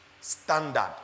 standard